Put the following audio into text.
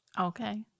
okay